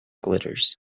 glitters